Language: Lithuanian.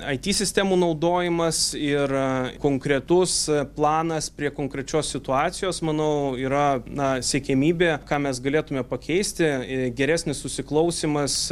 it sistemų naudojimas ir konkretus planas prie konkrečios situacijos manau yra na siekiamybė ką mes galėtume pakeisti i geresnis susiklausymas